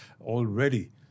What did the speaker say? Already